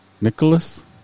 Nicholas